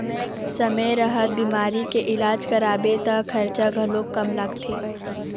समे रहत बिमारी के इलाज कराबे त खरचा घलोक कम लागथे